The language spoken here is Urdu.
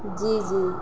جی جی